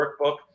workbook